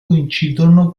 coincidono